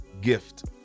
gift